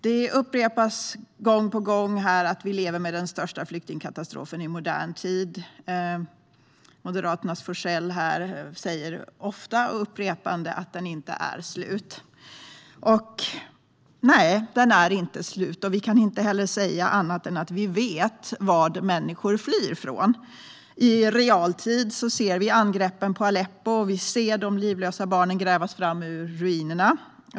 Det sägs gång på gång här att vi lever med den största flyktingkatastrofen i modern tid. Moderaternas Forssell upprepar ofta att den inte är slut. Nej, den är inte slut. Och vi kan inte säga annat än att vi vet vad människor flyr från. I realtid ser vi angreppen på Aleppo och de livlösa barnen grävas fram ur ruinerna.